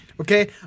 Okay